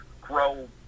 grow